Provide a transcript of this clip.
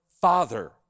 father